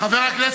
חבר הכנסת פלסנר.